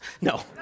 No